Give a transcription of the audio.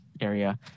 area